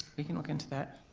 we can look into that.